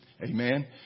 Amen